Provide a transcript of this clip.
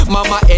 Mama